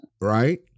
right